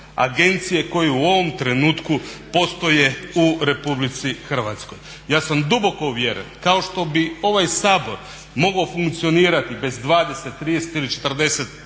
agencije koje u ovom trenutku postoje u RH? Ja sam duboku uvjeren kao što bi ovaj Sabor mogao funkcionirati bez dvadeset, trideset